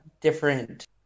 different